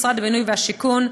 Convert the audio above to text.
משרד הבינוי והשיכון,